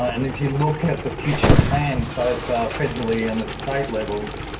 and if you look at the future plans, both federally and at state levels,